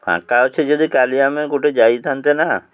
ଫାଙ୍କା ଅଛି ଯଦି କାଲି ଆମେ ଗୋଟେ ଯାଇଥାନ୍ତେ ନା